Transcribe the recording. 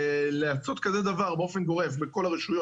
לעשות כזה דבר באופן גורף בין כל הרשויות